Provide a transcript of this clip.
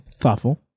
thoughtful